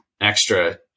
extra